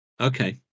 Okay